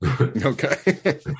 Okay